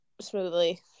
smoothly